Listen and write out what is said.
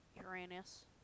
Uranus